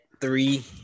three